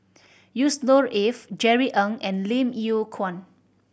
Yusnor Ef Jerry Ng and Lim Yew Kuan